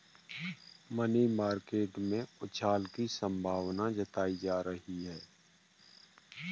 money market में उछाल की संभावना जताई जा रही है